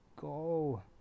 go